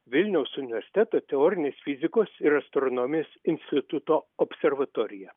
vilniaus universiteto teorinės fizikos ir astronomijos instituto observatorija